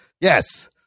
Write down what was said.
Yes